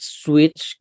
switch